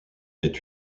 est